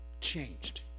Changed